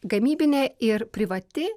gamybinė ir privati